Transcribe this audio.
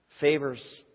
favors